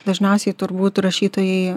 dažniausiai turbūt rašytojai